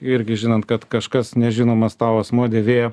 irgi žinant kad kažkas nežinomas tau asmuo dėvėjo